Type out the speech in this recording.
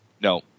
No